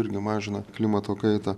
irgi mažina klimato kaitą